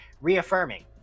reaffirming